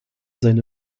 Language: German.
seine